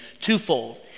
twofold